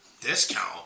Discount